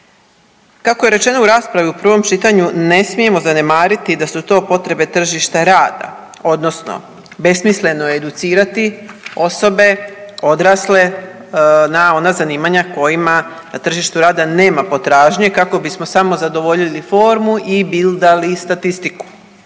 Kako je rečeno i u raspravi u prvom čitanju ne smijemo zanemariti da su to potrebe tržišta rada odnosno besmisleno je educirati osobe odrasle na ona zanimanja kojima tržištu rada nema potražnje kako bismo samo zadovoljili formu i bildali statistiku.